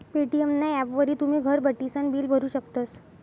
Paytm ना ॲपवरी तुमी घर बठीसन बिल भरू शकतस